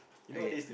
okay